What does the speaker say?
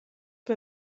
mae